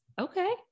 Okay